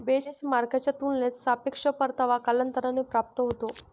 बेंचमार्कच्या तुलनेत सापेक्ष परतावा कालांतराने प्राप्त होतो